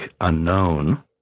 unknown